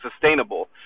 sustainable